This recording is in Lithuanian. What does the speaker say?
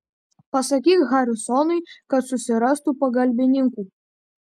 pasakyk harisonui kad susirastų pagalbininkų